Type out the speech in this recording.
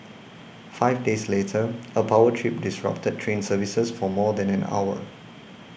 five days later a power trip disrupted train services for more than an hour